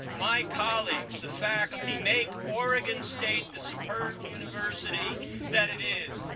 my colleagues the faculty make oregon state the superb university that it is.